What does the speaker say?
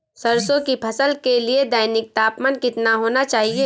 सरसों की फसल के लिए दैनिक तापमान कितना होना चाहिए?